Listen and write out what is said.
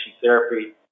therapy